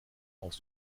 aus